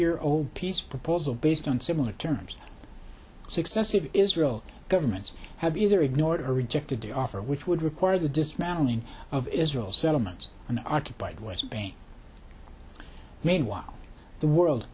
year old peace proposal based on similar terms successive israel governments have either ignored or rejected the offer which would require the dismantling of israel's settlements in occupied west bank meanwhile the world